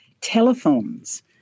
telephones